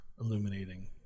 illuminating